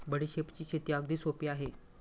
बडीशेपची शेती अगदी सोपी आहे